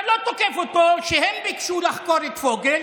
אתה לא תוקף אותו כשהם ביקשו לחקור את פוגל,